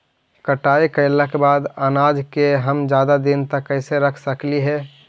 कटाई कैला के बाद अनाज के हम ज्यादा दिन तक कैसे रख सकली हे?